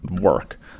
work